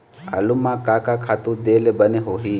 आलू म का का खातू दे ले बने होही?